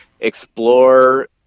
explore